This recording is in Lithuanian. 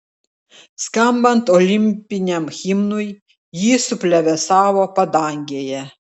skambant olimpiniam himnui ji suplevėsavo padangėje